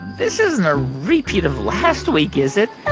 this isn't a repeat of last week, is it?